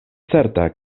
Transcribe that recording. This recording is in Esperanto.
certa